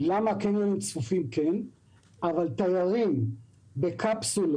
למה קניונים צפופים כן אבל תיירים בקפסולות,